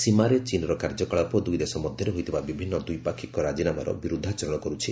ସୀମାରେ ଚୀନ୍ର କାର୍ଯ୍ୟକଳାପ ଦୁଇ ଦେଶ ମଧ୍ୟରେ ହୋଇଥିବା ବିଭିନ୍ନ ଦ୍ୱିପାକ୍ଷିକ ରାଜିନାମାର ବିରୁଦ୍ଧାଚରଣ କରୁଛି